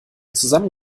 zusammen